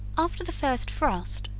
after the first frost,